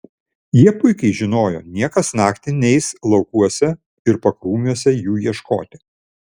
jie puikiai žinojo niekas naktį neis laukuose ir pakrūmiuose jų ieškoti